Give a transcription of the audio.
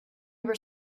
were